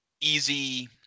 easy